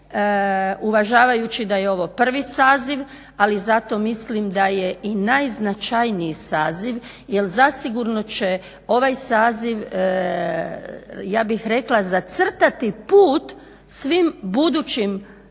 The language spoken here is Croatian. uvažavajući da je ovo prvi saziv, ali zato mislim da je i najznačajniji saziv. Jer zasigurno će ovaj saziv ja bih rekla zacrtati put svim budućim sazivima